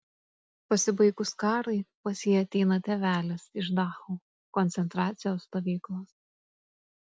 pasibaigus karui pas jį ateina tėvelis iš dachau koncentracijos stovyklos